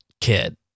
kid